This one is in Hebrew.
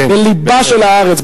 בלבה של הארץ,